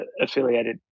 affiliated